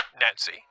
Nancy